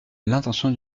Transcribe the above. l’intention